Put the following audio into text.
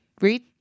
Read